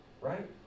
Right